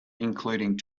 including